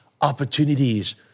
opportunities